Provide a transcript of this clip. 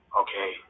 okay